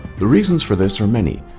the reasons for this are many,